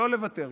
לא לוותר,